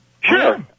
Sure